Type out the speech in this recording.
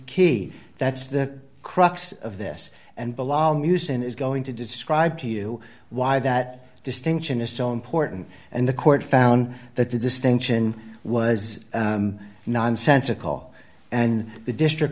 key that's the crux of this and below musin is going to describe to you why that distinction is so important and the court found that the distinction was nonsensical and the district